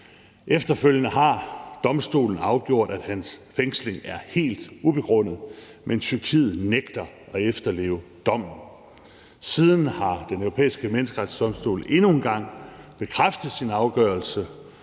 Efterfølgende har domstolen afgjort, at hans fængsling er helt ubegrundet, men Tyrkiet nægter at efterleve dommen. Siden har Den Europæiske Menneskerettighedsdomstol endnu en gang bekræftet sin afgørelse,